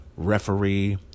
referee